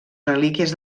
relíquies